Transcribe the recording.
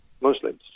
muslims